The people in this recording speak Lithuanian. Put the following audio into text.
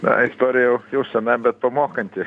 na istorija jau jau sena bet pamokanti